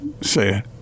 say